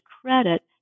credit